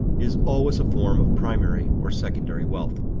is always a form of primary or secondary wealth.